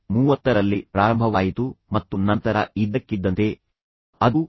30 ನಲ್ಲಿ ಪ್ರಾರಂಭವಾಯಿತು ಮತ್ತು ನಂತರ ಇದ್ದಕ್ಕಿದ್ದಂತೆ ಅದು 12